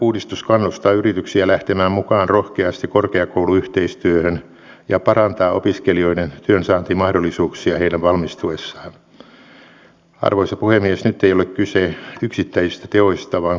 ne ovat voimaloita joilla tuotetaan sähköä lämpöä ja niin edelleen ja sillä tavalla tulee hajautettua energiantuotantoa ja samalla niitä työpaikkoja jotka ovat pysyviä